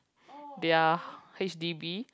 their H_D_B